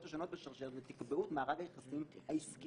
השונות בשרשרת ותקבעו את מארג היחסים העסקיים.